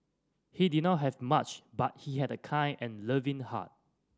he did not have much but he had a kind and loving heart